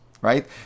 right